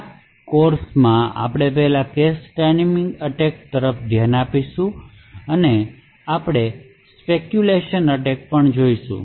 આ કોર્સમાં આપણે પહેલા કેશ ટાઇમિંગ એટેક તરફ ધ્યાન આપીશું અને આપણે સ્પેકયૂલેશન એટેકપણ જોઈશું